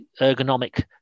ergonomic